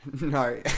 No